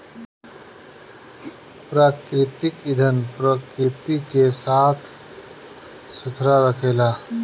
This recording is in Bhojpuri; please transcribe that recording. प्राकृतिक ईंधन प्रकृति के साफ सुथरा रखेला